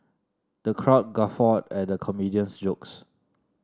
the crowd guffawed at the comedian's jokes